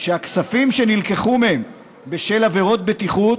שהכספים שנלקחו מהם בשל עבירות בטיחות